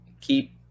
keep